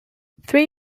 three